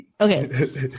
Okay